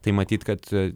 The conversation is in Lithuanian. tai matyt kad